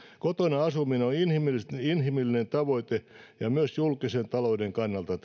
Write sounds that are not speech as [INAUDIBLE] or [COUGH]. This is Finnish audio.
kotona asuminen on inhimillinen tavoite ja myös julkisen talouden kannalta [UNINTELLIGIBLE]